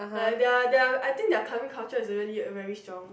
like their their I think their clubbing culture is really very strong